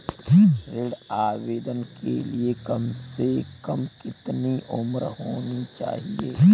ऋण आवेदन के लिए कम से कम कितनी उम्र होनी चाहिए?